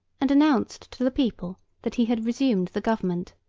and announced to the people that he had resumed the government.